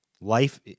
Life